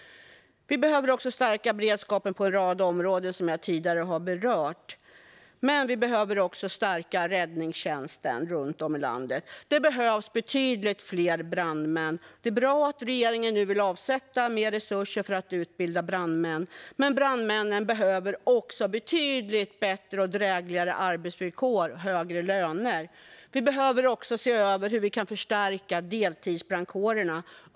Vi behöver också stärka beredskapen på en rad områden som jag tidigare har berört. Men vi behöver också stärka räddningstjänsten runt om i landet. Det behövs betydligt fler brandmän, och det är bra att regeringen nu vill avsätta mer resurser till att utbilda brandmän. Men brandmännen behöver också betydligt bättre och drägligare arbetsvillkor och högre löner. Vi behöver också se över hur vi kan förstärka deltidsbrandkårerna.